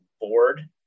board